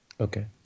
Okay